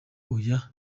oya